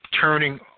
turning